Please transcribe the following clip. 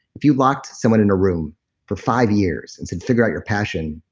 if you locked someone in a room for five years and said figure out your passion,